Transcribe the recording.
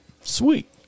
sweet